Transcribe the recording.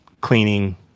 cleaning